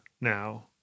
now